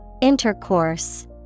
Intercourse